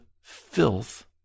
filth